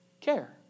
care